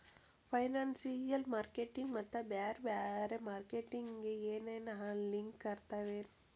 Financial marketing ಮತ್ತ ಬ್ಯಾರೆ ಬ್ಯಾರೆ ಮಾರ್ಕೆಟಿಂಗ್ ಗೆ ಏನರಲಿಂಕಿರ್ತಾವೆನು?